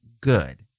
good